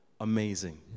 amazing